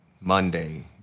Monday